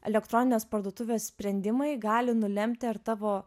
elektroninės parduotuvės sprendimai gali nulemti ar tavo